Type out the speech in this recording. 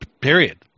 Period